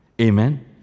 Amen